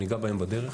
אני אגע בהם בדרך.